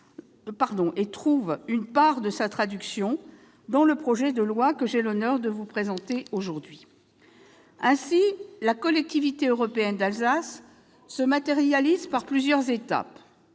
et trouve une part de sa traduction dans le projet de loi que j'ai l'honneur de vous présenter aujourd'hui. La constitution de la Collectivité européenne d'Alsace se matérialisera par plusieurs étapes.